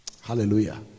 Hallelujah